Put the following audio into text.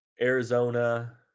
Arizona